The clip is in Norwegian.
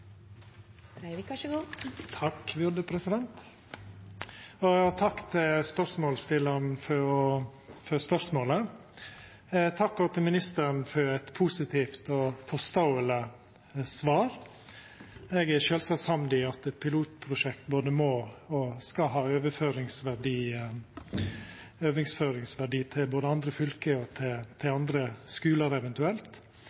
Takk til interpellanten for interpellasjonen. Takk også til ministeren for eit positivt og forståeleg svar. Eg er sjølvsagt samd i at eit pilotprosjekt både må og skal ha overføringsverdi både til andre fylke og til andre skular eventuelt. Ministeren sa at han hadde forståing for at interpellanten som representant for fylket, òg retta eit spørsmål knytt til